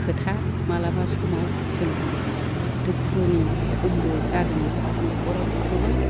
खोथा मालाबा समाव जोंहा दुखुनि समबो जादोंमोन न'खराव गोबां